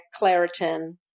Claritin